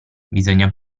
bisogna